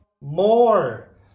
more